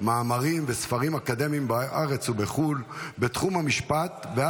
מאמרים וספרים אקדמיים בתחום המשפט בארץ ובחו"ל,